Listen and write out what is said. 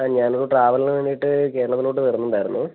ആ ഞാനൊരു ട്രാവൽന് വേണ്ടീട്ട് കേരളത്തിലോട്ട് വരുന്നുണ്ടായിരുന്നു